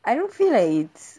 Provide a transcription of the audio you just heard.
I don't feel like it's